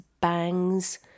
bangs